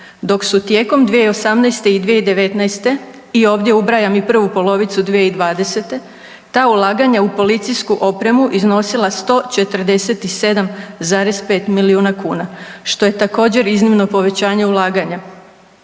dok su tijekom 2018. i 2019. i ovdje ubrajam i prvu polovicu 2020. ta ulaganja u policijsku opremu iznosila 147,5 milijuna kuna što je također iznimno povećanje ulaganja.